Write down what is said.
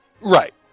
Right